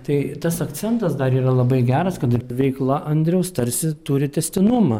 tai tas akcentas dar yra labai geras kad ir veikla andriaus tarsi turi tęstinumą